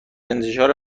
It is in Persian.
انتشار